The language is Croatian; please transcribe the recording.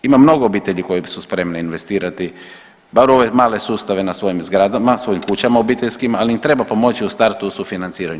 Ima mnogo obitelji koje su spremne investirati bar u ove male sustave na svojim zgradama, svojim kućama obiteljskim, ali im treba pomoći u startu sufinanciranje.